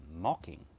mocking